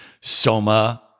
soma